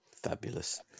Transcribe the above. Fabulous